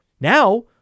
Now